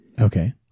Okay